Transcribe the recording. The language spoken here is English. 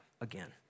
again